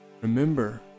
Remember